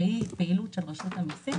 שהיא פעילות של רשות המיסים,